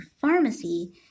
pharmacy